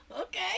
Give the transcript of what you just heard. Okay